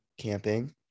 camping